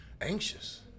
anxious